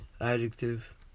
Adjective